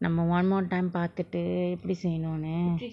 நம்ம:namma one more time பாத்துட்டு எப்படி செய்யோனுனு:paathuttu eppadi seyyonunu